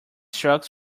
strokes